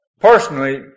Personally